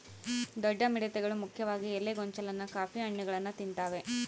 ದೊಡ್ಡ ಮಿಡತೆಗಳು ಮುಖ್ಯವಾಗಿ ಎಲೆ ಗೊಂಚಲನ್ನ ಕಾಫಿ ಹಣ್ಣುಗಳನ್ನ ತಿಂತಾವೆ